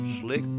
Slick